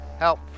Help